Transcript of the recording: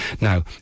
Now